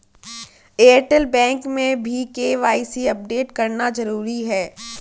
Airtel bank में भी KYC update करना जरूरी है